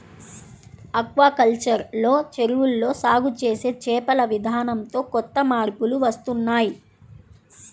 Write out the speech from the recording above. aquaculture లో చెరువుల్లో సాగు చేసే చేపల విధానంతో కొత్త మార్పులు వస్తున్నాయ్